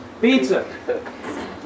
Pizza